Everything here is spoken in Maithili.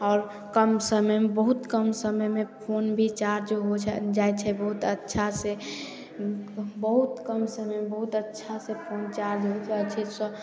आओर कम समयमे बहुत कम समयमे फोन भी चार्ज हो जाइ छै बहुत अच्छा से बहुत कम समयमे बहुत अच्छा से फोन चार्ज हो जाइ छै तऽ